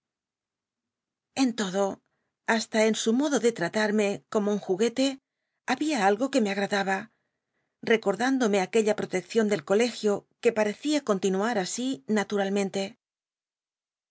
n todo hasta en su modo de tratarme como un juguete había algo que me agradaba recordándome aquella protección del colegio que parecía continua asi